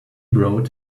wrote